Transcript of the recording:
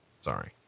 Sorry